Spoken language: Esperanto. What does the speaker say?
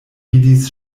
vidis